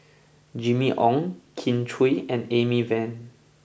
Jimmy Ong Kin Chui and Amy Van